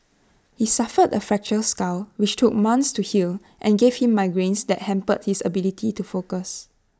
he suffered A fractured skull which took months to heal and gave him migraines that hampered his ability to focus